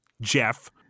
jeff